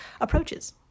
approaches